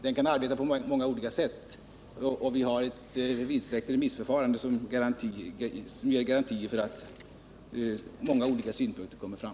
Den kan arbeta på många olika sätt, och vi har dessutom ett vidsträckt remissförfarande, som ger garantier för att många olika synpunkter kommer fram.